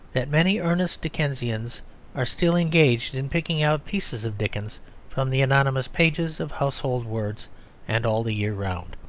that many earnest dickensians are still engaged in picking out pieces of dickens from the anonymous pages of household words and all the year round,